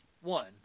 One